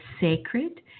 sacred